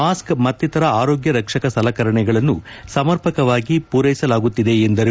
mask ಮತ್ತಿತರ ಆರೋಗ್ಯ ರಕ್ಷಕ ಸಲಕರಣೆಗಳನ್ನು ಸಮರ್ಪಕವಾಗಿ ಮೂರೈಸಲಾಗುತ್ತಿದೆ ಎಂದರು